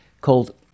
called